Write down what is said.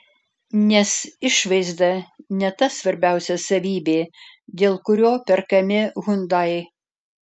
nes išvaizda ne ta svarbiausia savybė dėl kurio perkami hyundai